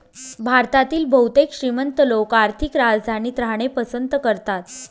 भारतातील बहुतेक श्रीमंत लोक आर्थिक राजधानीत राहणे पसंत करतात